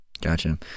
Gotcha